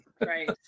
right